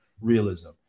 realism